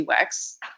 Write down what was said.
UX